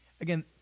Again